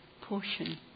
portion